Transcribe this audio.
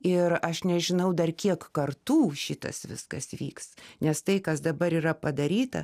ir aš nežinau dar kiek kartų šitas viskas vyks nes tai kas dabar yra padaryta